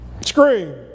Scream